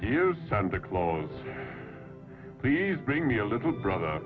lion ears santa claus please bring me a little brother